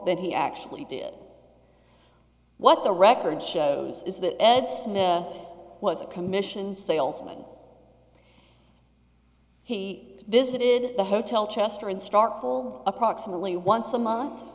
than he actually did what the record shows is that ed was a commissioned salesman he visited the hotel chester instruct full approximately once a month